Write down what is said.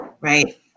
right